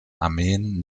armeen